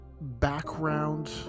background